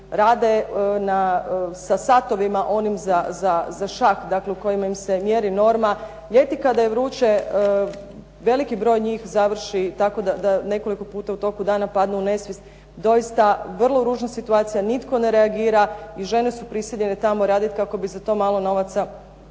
rade sa satovima onih za šah u kojima im se mjeri norma. Ljeti kada je vruće veliki broj njih završi tako da nekoliko puta u toku dana padne u nesvijest. Doista, vrlo ružna situacija, nitko ne reagira i žene su prisiljene tamo radit kako bi za to malo novaca koje